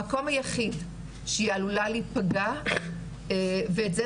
המקום היחיד שהיא עלולה להיפגע ואת זה